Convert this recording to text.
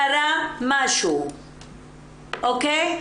קרה משהו, אוקיי?